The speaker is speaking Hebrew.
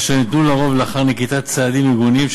אשר לרוב ניתנו לאחר נקיטת צעדים ארגוניים,